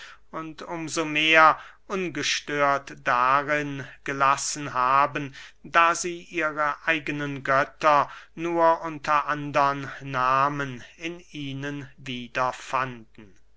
und um so mehr ungestört darin gelassen haben da sie ihre eigenen götter nur unter andern nahmen in ihnen